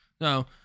No